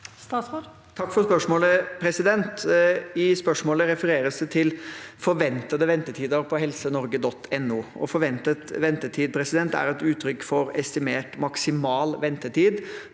Takk for spørsmålet. I spørsmålet refereres det til forventede ventetider på helsenorge.no. Forventet ventetid er et uttrykk for estimert maksimal ventetid